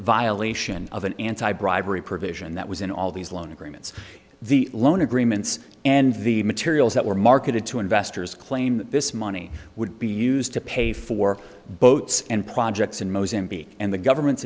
violation of an anti bribery provision that was in all these loan agreements the loan agreements and the materials that were marketed to investors claim that this money would be used to pay for boats and projects in mozambique and the government's